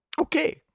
Okay